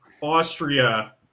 Austria